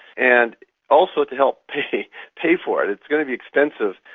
and also to help pay pay for it, it's going to be expensive,